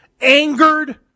angered